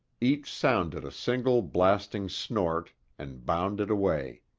each sounded a single blasting snort and bounded away.